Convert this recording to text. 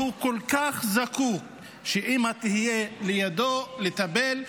שהוא כל כך זקוק שאימא תהיה לידו ותטפל,